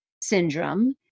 syndrome